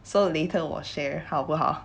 so later 我 share 好不好